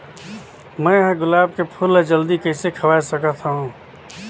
मैं ह गुलाब के फूल ला जल्दी कइसे खवाय सकथ हवे?